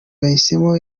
yahisemo